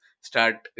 start